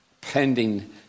pending